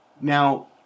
now